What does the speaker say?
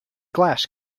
glass